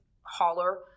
holler